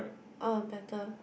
ah better